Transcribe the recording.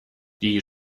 die